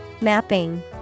Mapping